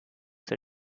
zur